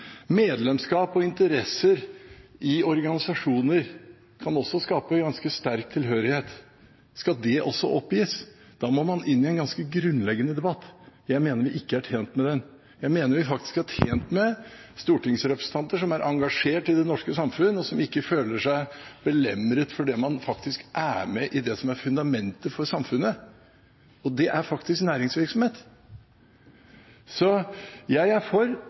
Medlemskap og interesser i organisasjoner kan også skape ganske sterk tilhørighet. Skal det også oppgis? Da må man inn i en ganske grunnleggende debatt, og jeg mener vi ikke er tjent med den. Jeg mener vi er tjent med å ha stortingsrepresentanter som er engasjerte i det norske samfunnet, og som ikke føler seg belemret fordi man er med i det som er fundamentet for samfunnet, og det er faktisk næringsvirksomhet. Så jeg er for